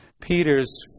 Peter's